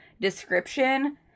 description